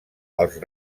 els